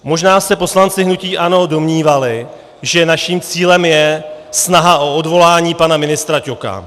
Možná se poslanci hnutí ANO domnívali, že naším cílem je snaha o odvolání pana ministra Ťoka.